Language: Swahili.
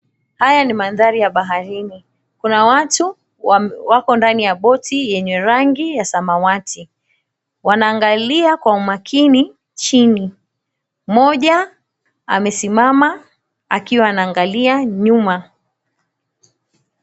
Haya ni mandhari ya baharini. Kuna watu wako ndani ya boti yenye rangi ya samawati. Wanaangalia kwa umakini chini. Mmoja amesimama akiwa anaangalia nyuma.